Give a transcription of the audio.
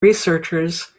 researchers